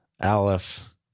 Aleph